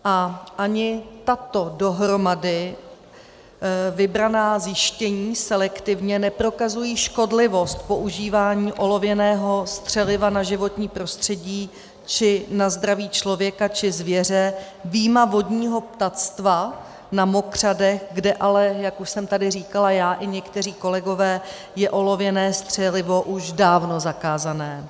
A ani tato dohromady vybraná zjištění, selektivně, neprokazují škodlivost používání olověného střeliva na životní prostředí či na zdraví člověka či zvěře, vyjma vodního ptactva na mokřadech, kde ale, jak už jsem tady říkala já i někteří kolegové, je olověné střelivo už dávno zakázané.